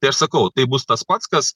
tai aš sakau tai bus tas pats kas